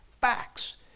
Facts